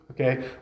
Okay